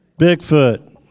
Bigfoot